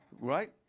Right